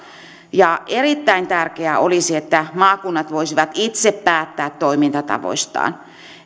erittäin tärkeää olisi että maakunnat voisivat itse päättää toimintatavoistaan